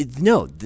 no